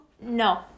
No